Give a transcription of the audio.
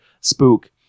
spook